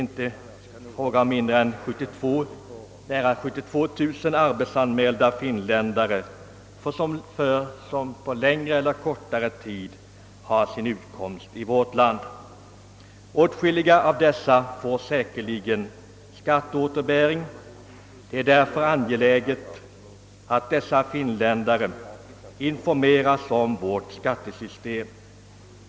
Nära 72 000 arbetsanmälda finländare har för längre eller kortare tid sin utkomst i vårt land. Åtskilliga av dem är säkerligen berättigade till skatteåterbäring. Det är därför angeläget att dessa finländare informeras om vårt skattesystem.